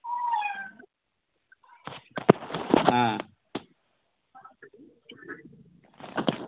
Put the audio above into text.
হ্যাঁ